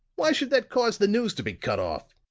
why should that cause the news to be cut off?